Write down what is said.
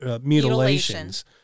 Mutilations